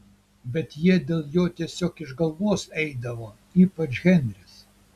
bet jie dėl jo tiesiog iš galvos eidavo ypač henris